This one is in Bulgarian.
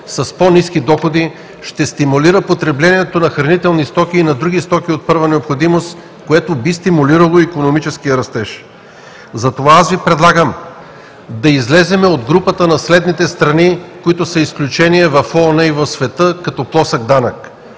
с по-ниски доходи ще стимулира потреблението на хранителни стоки и на други стоки от първа необходимост, което би стимулирало икономическия растеж. Затова Ви предлагам да излезем от групата на следните страни, които са изключение в ООН и в света като плосък данък,